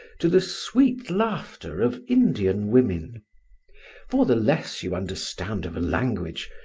to the sweet laughter of indian women for the less you understand of a language,